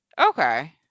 Okay